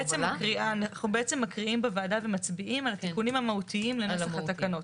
אנחנו בעצם מקריאים בוועדה ומצביעים על התיקונים המהותיים לנוסח התקנות.